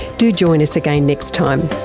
do join us again next time